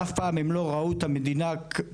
אף פעם הם לא ראו את המדינה קמה,